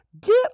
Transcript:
Get